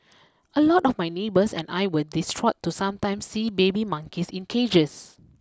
a lot of my neighbours and I were distraught to sometimes see baby monkeys in cages